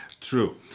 True